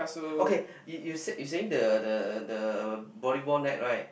okay you you you saying the the the volleyball net right